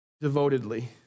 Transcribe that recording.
devotedly